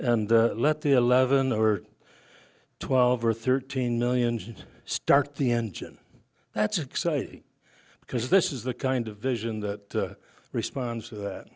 and let the eleven or twelve or thirteen million just start the engine that's exciting because this is the kind of vision that respond